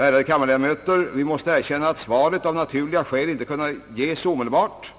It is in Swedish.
Ärade kammarledamöter vi måste erkänna att svaret av naturliga skäl inte kunde ges omedelbart,